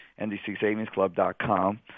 ndcsavingsclub.com